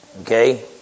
Okay